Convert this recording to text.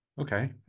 okay